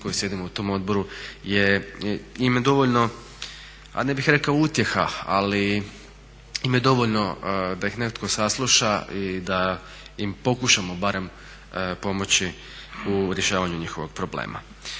koji sjedimo u tom odboru, im je dovoljno a ne bih rekao utjeha ali im je dovoljno da ih netko sasluša i da im pokušamo barem pomoći u rješavanju njihovog problema.